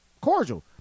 cordial